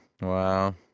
Wow